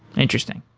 interesting.